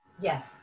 Yes